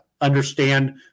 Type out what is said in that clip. understand